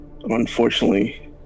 unfortunately